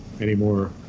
anymore